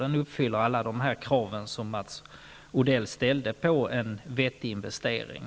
Den satsningen uppfyller alla de krav som Mats Odell ställde på en vettig investering.